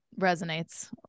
resonates